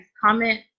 comment